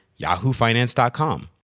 yahoofinance.com